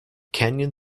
canyon